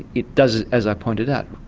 it does, as i pointed out,